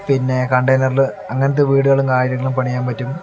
പിന്നെ കണ്ടെയ്നറിൽ അങ്ങനത്തെ വീടുകളും കാര്യങ്ങളും പണിയാൻ പറ്റും